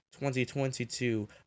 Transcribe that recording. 2022